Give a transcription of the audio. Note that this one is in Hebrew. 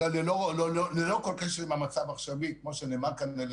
ללא כל קשר עם המצב העכשווי כמו שנאמר כאן על